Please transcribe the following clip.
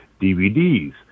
DVDs